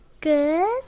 Good